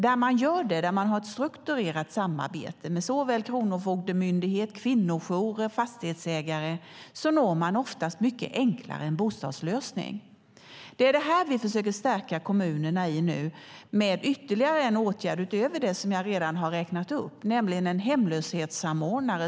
Där dessa kontakter finns, där det finns ett strukturerat samarbete med såväl kronofogden och kvinnojourer som fastighetsägare, kan man oftast mycket enklare komma fram till en bostadslösning. Detta försöker vi stärka kommunerna med genom att vi vidtagit ytterligare en åtgärd, utöver dem som jag redan räknat upp, nämligen att tillsätta en hemlöshetssamordnare.